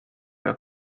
mehr